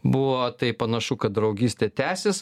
buvo tai panašu kad draugystė tęsis